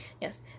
Yes